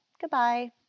Goodbye